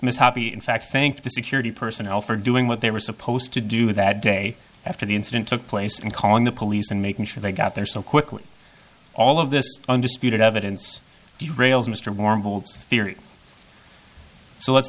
ms happy in fact thanked the security personnel for doing what they were supposed to do that day after the incident took place and calling the police and making sure they got there so quickly all of this undisputed evidence the rails mr warbles theory so let's